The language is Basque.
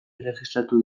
erregistratu